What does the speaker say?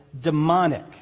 demonic